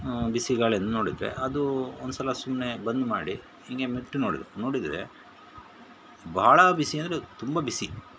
ಬಿಸಿ ಗಾಳಿಯನ್ನು ನೋಡಿದರೆ ಅದು ಒಂದು ಸಲ ಸುಮ್ಮನೆ ಬಂದ್ ಮಾಡಿ ಹೀಗೆ ಮುಟ್ಟಿ ನೋಡಿದ ನೋಡಿದರೆ ಭಾಳ ಬಿಸಿ ಅಂದರೆ ತುಂಬ ಬಿಸಿ